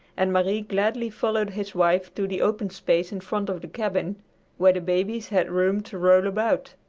and marie gladly followed his wife to the open space in front of the cabin where the babies had room to roll about.